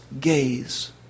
gaze